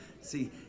See